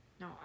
No